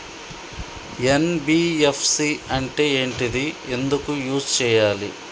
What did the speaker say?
NBFC అంటే ఏంటిది ఎందుకు యూజ్ చేయాలి?